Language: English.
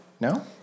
no